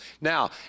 Now